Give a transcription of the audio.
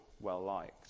well-liked